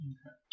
Okay